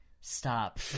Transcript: stop